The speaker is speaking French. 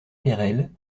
perelle